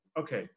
okay